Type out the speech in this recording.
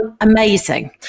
amazing